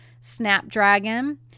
snapdragon